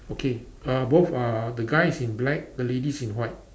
okay uh both are the guy is in black the lady is in white